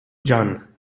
jeanne